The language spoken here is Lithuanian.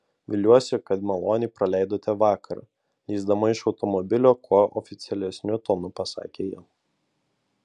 viliuosi kad maloniai praleidote vakarą lįsdama iš automobilio kuo oficialesniu tonu pasakė ji